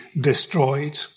destroyed